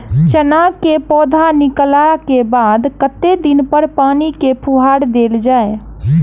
चना केँ पौधा निकलला केँ बाद कत्ते दिन पर पानि केँ फुहार देल जाएँ?